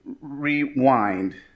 rewind